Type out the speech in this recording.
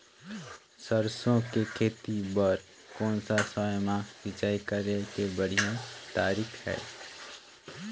सरसो के खेती बार कोन सा समय मां सिंचाई करे के बढ़िया तारीक हे?